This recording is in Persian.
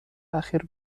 اخیر